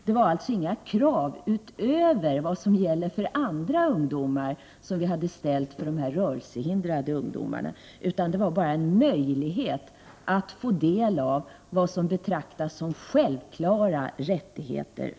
Det var alltså inte fråga om några krav utöver vad som gäller för andra ungdomar, som vi hade ställt till förmån för de rörelsehindrade ungdomarna, utan det var bara fråga om att bereda dem en möjlighet att kunna få del av vad som för andra ungdomar betraktas som självklara rättigheter.